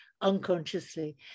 unconsciously